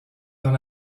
dans